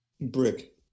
Brick